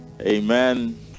Amen